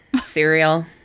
Cereal